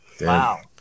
Wow